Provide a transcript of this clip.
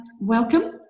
Welcome